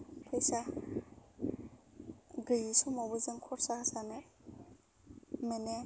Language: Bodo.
फैसा गैयै समावबो जों खरसा जानो मोनो